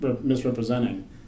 misrepresenting